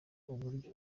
uburyo